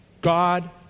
God